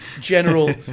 general